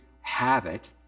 habit